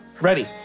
Ready